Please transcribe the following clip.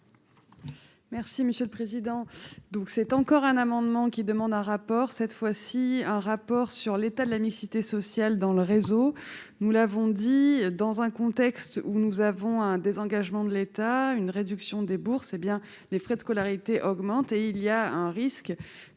Merci monsieur le président, donc c'est encore un amendement qui demande un rapport, cette fois-ci, un rapport sur l'état de la mixité sociale dans le réseau, nous l'avons dit dans un contexte où nous avons un désengagement de l'État, une réduction des bourses et bien les frais de scolarité augmentent et il y a un risque